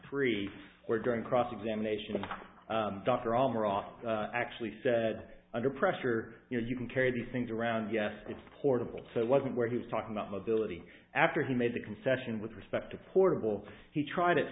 three or during cross examination of dr almer off actually said under pressure you know you can carry these things around yes it's portable so it wasn't where he was talking about mobility after he made the concession with respect to portable he tried at